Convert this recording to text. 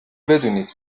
بدونید